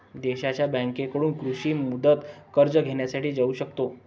देशांच्या बँकांकडून कृषी मुदत कर्ज घेण्यासाठी जाऊ शकतो